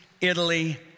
Italy